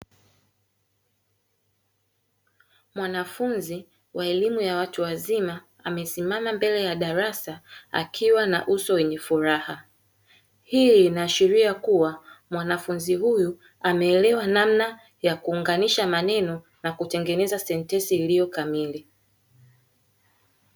Mwanafunzi wa elimu ya watu wazima, amesimama mbele ya darasa akiwa na uso wenye furaha. Hii inaashiriha kuwa mwanafunzi huyo amelewa namna ya kuunganisha maneno na kutengeneza sentensi iliyo kamili.